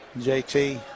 JT